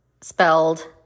spelled